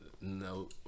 No